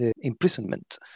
imprisonment